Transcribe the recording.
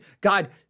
God